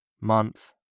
Month